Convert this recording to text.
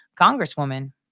congresswoman